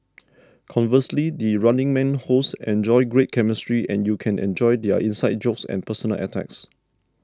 conversely the Running Man hosts enjoy great chemistry and you can enjoy their inside jokes and personal attacks